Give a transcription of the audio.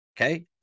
Okay